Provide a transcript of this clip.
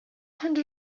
handle